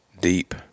deep